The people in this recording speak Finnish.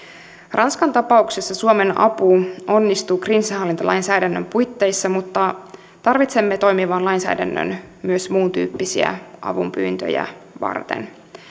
ranskan tapauksessa suomen apu onnistuu kriisinhallintalainsäädännön puitteissa mutta tarvitsemme toimivan lainsäädännön myös muuntyyppisiä avunpyyntöjä varten